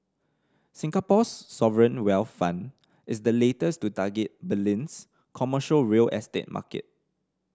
Singapore's sovereign wealth fund is the latest to target Berlin's commercial real estate market